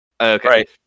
Okay